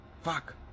Fuck